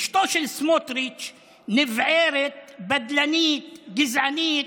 אשתו של סמוטריץ' נבערת, בדלנית, גזענית,